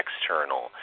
external